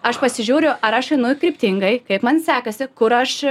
aš pasižiūriu ar aš einu kryptingai kaip man sekasi kur aš